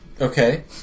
Okay